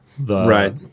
right